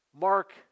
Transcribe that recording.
Mark